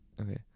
Okay